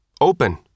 Open